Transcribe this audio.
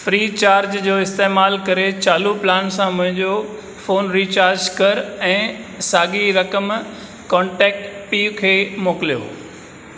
free charge जो इस्तेमालु करे चालू प्लान सां मुंहिंजो फ़ोन रीचार्ज करि ऐं साॻी ई रक़म कोन्टेक्ट पीउ खे मोकिलियो